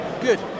good